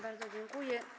Bardzo dziękuję.